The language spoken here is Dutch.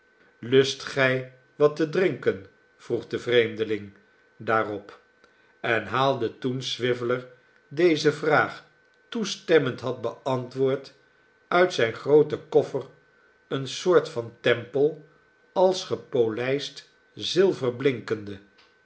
lust gij wat te drinken vroeg de vreemdeling daarop en haalde toen swiveller deze vraag toestemmend had beantwoord uit zijn grooten koffer eene soort van tempel als gepolijst zilver